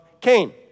Cain